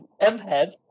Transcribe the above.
M-Head